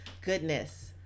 goodness